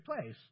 place